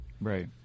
Right